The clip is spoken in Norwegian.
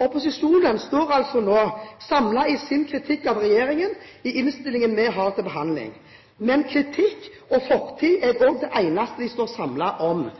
Opposisjonen står nå samlet i sin kritikk av regjeringen i innstillingen vi har til behandling. Men kritikk, og fortiden, er også det eneste de står samlet om.